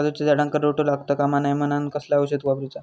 काजूच्या झाडांका रोटो लागता कमा नये म्हनान कसला औषध वापरूचा?